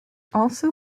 also